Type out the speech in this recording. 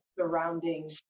surrounding